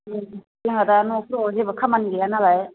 जोंहा दा न'फोराव जेबो खामानि गैया नालाय